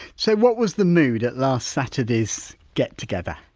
so what was the mood at last saturday's get together?